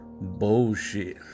Bullshit